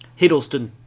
Hiddleston